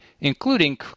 including